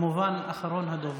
כמובן, אחרון הדוברים.